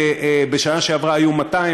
בשנה שעברה היו 200,